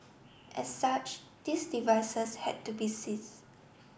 as such these devices had to be seize